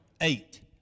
eight